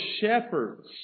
shepherds